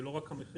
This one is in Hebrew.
זה לא רק המחיר.